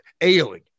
ailing